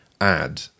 add